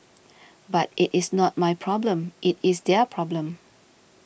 but it is not my problem it is their problem